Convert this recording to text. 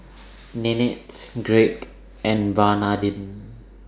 Nanette Greg and Bernardine